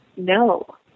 No